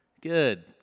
Good